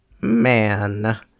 Man